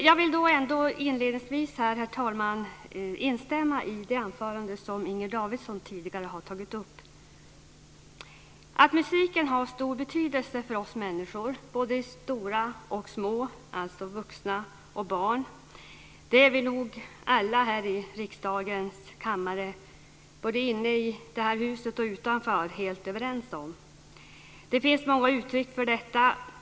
Jag vill inledningsvis, herr talman, instämma i det som Inger Davidson tidigare har tagit upp i sitt anförande. Att musiken har stor betydelse för oss människor, både vuxna och barn, är vi nog både här i riksdagens kammare och utanför det här huset helt överens om. Det finns många uttryck för detta.